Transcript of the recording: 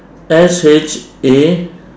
S H A